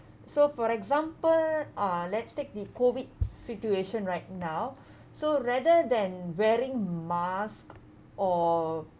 so for example uh let's take the COVID situation right now so rather than wearing mask or